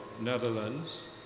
Netherlands